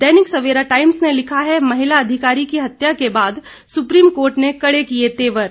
दैनिक Savera Times ने लिखा है महिला अधिकारी की हत्या के बाद सुप्रीम कोर्ट ने कड़े किए तेवर